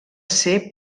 ser